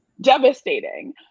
devastating